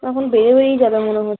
না এখন বেড়ে বেড়ে যাবে মনে হছে